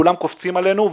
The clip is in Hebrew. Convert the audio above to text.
כולם קופצים עלינו,